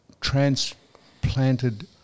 transplanted